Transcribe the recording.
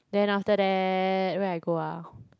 then after that where I go ah